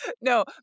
no